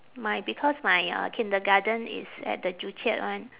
my because my uh kindergarten is at the joo chiat one